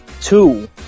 two